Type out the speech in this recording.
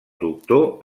doctor